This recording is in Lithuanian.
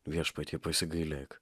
viešpatie pasigailėk